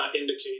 indicate